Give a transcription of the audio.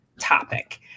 topic